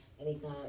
Anytime